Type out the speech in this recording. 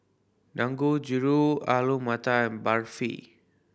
Dangojiru Alu Matar and Barfi